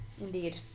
Indeed